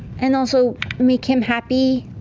and also make him happy